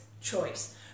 choice